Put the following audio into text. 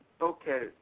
Okay